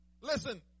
listen